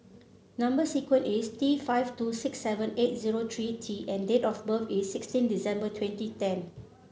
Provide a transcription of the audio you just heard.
number sequence is T five two six seven eight zero three T and date of birth is sixteen December twenty ten